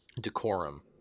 decorum